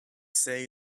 say